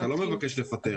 אתה לא מבקש לפטר.